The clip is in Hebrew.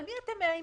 על מי אתם מאיימים?